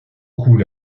beaucoup